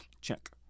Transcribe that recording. Check